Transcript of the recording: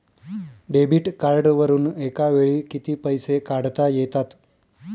Debit कार्डवरुन एका वेळी किती पैसे काढता येतात?